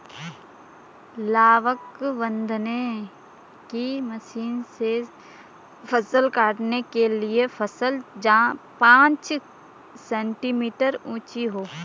लावक बांधने की मशीन से फसल काटने के लिए फसल पांच सेंटीमीटर ऊंची हो